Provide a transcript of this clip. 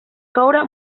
coure